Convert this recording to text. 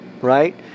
Right